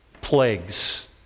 plagues